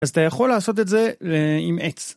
אז אתה יכול לעשות את זה עם עץ.